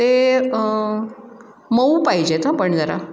ते मऊ पाहिजेत हं पण जरा